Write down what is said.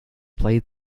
played